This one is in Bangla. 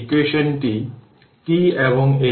ইকুয়েশন 5 dvdt সেটা হল r dc ভোল্টেজ